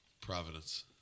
Providence